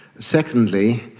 secondly,